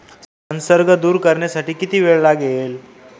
संसर्ग दूर करण्यासाठी किती वेळ लागेल?